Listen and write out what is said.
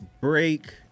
break